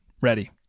ready